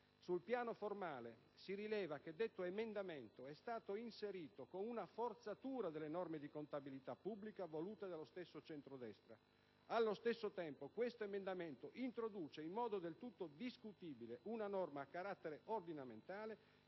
Sul piano formale, si rileva che detto emendamento è stato inserito con una forzatura delle norme di contabilità pubblica volute dallo stesso centrodestra. Allo stesso tempo, tale emendamento introduce in modo del tutto discutibile una norma a carattere ordinamentale